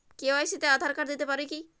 KYC তে Aadhaar card দিতে পারি কি?